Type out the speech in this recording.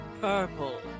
purple